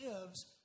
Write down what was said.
lives